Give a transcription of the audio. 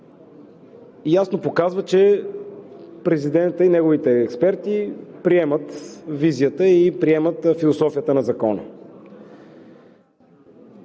ясно показват, че президентът и неговите експерти приемат визията и философията на Закона.